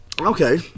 Okay